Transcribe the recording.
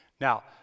Now